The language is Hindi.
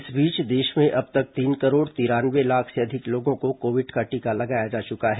इस बीच देश में अब तक तीन करोड़ तिरानवे लाख से अधिक लोगों को कोविड का टीका लगाया जा चुका है